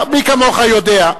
מי כמוך יודע.